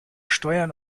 steuern